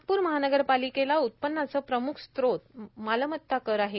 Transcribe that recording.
नागपूर महानगरपालिकेकरिता उत्पन्नाचे प्रमुख स्त्रोत मालमता कर आहे